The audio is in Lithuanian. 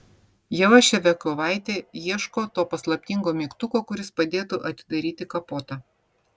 ieva ševiakovaitė ieško to paslaptingo mygtuko kuris padėtų atidaryti kapotą